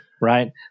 right